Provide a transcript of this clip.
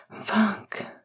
Funk